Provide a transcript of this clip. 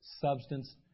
substance